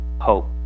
hope